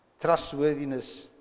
trustworthiness